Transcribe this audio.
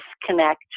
disconnect